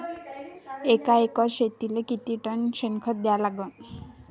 एका एकर शेतीले किती टन शेन खत द्या लागन?